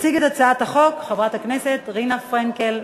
תציג את הצעת החוק חברת הכנסת רינה פרנקל.